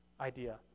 idea